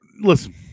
Listen